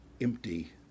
empty